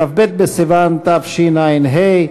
כ"ב בסיוון התשע"ה,